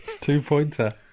Two-pointer